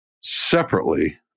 separately –